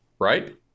right